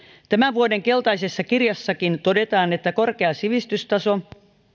tämän vuoden keltaisessa kirjassakin todetaan että korkea sivistystaso